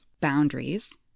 boundaries